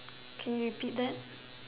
can you repeat that